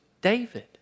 David